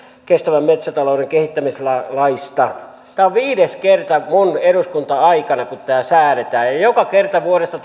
kestävän metsätalouden kehittämislaista tämä on viides kerta minun eduskunta aikanani kun tämä säädetään ja ja joka kerta vuodesta